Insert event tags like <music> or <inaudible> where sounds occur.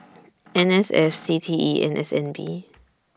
<noise> N S F C T E and S N B